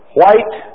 white